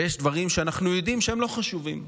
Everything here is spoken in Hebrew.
ויש דברים שאנחנו יודעים שהם לא חשובים,